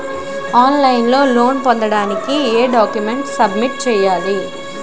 On line లో loan పొందటానికి ఎం డాక్యుమెంట్స్ సబ్మిట్ చేయాలి?